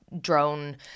Drone